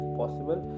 possible